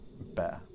better